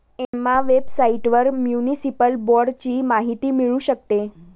Emma वेबसाइटवर municipal बाँडची माहिती मिळू शकते